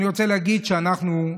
אני רוצה להגיד שאנחנו,